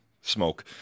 smoke